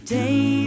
day